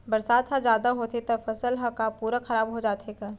बरसात ह जादा होथे त फसल ह का पूरा खराब हो जाथे का?